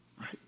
right